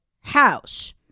house